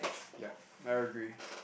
yup I agree